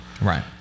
Right